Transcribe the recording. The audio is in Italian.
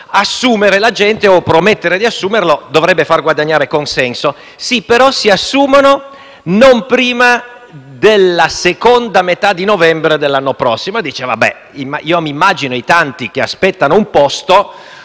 Assumere la gente o promettere di assumerla dovrebbe far guadagnare consenso. Sì, però si assumono non prima della seconda metà di novembre dell'anno prossimo. Io immagino che i tanti che aspettano un posto